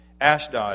Ashdod